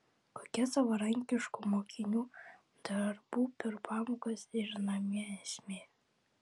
kokia savarankiškų mokinių darbų per pamokas ir namie esmė